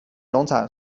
农场